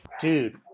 Dude